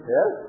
Yes